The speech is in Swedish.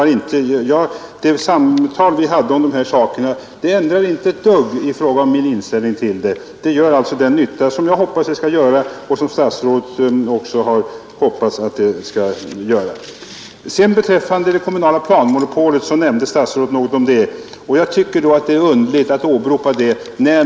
Det samtal vi hade om dessa saker ändrar ingenting i fråga om min inställning till detta. Förslaget gör alltså den nytta som jag hoppas det skall göra och som statsrådet också hoppas på. Statsrådet nämnde något om det kommunala planmonopolet. Jag tycker att det är underligt att åberopa det.